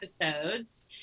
episodes